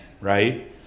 Right